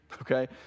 Okay